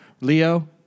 leo